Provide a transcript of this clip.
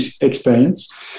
experience